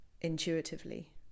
intuitively